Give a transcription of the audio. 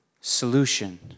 solution